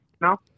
no